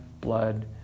blood